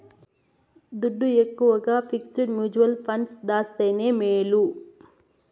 దుడ్డు ఎక్కవగా fixed mutual funds దాస్తేనే మేలు